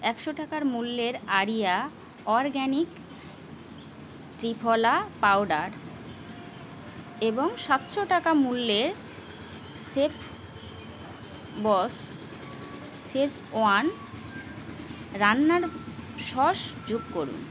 একশো টাকার মূল্যের আরিয়া অরগ্যানিক ত্রিফলা পাউডার এবং সাতশো টাকা মূল্যের শেফবস শেজওয়ান রান্নার সস যোগ করুন